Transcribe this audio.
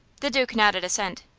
the duke nodded assent.